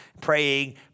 praying